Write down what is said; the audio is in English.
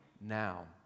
now